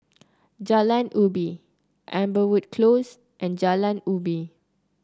Jalan Ubi Amberwood Close and Jalan Ubi